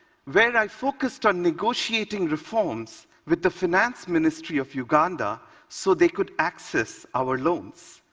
where i focused on negotiating reforms with the finance ministry of uganda so they could access our loans.